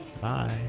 Bye